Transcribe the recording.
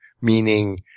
meaning